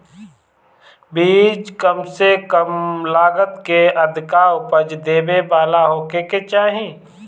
बीज कम से कम लागत में अधिका उपज देवे वाला होखे के चाही